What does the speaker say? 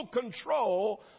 control